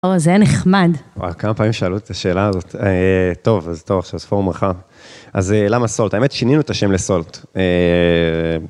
או, זה נחמד. וואי, כמה פעמים שאלו את השאלה הזאת. טוב, אז טוב, עכשיו ספורט מרחב. אז למה סולט? האמת שינינו את השם לסולט.